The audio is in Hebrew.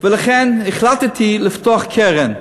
ולכן החלטתי לפתוח קרן.